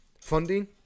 Funding